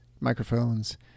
microphones